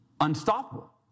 unstoppable